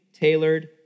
tailored